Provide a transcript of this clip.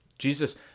Jesus